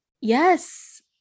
Yes